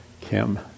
Kim